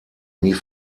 nie